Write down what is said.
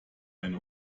eine